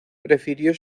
prefirió